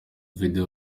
video